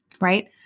right